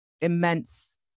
immense